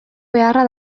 beharra